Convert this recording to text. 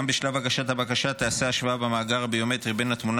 גם בשלב הגשת הבקשה תיעשה השוואה במאגר הביומטרי בין התמונה